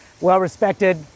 well-respected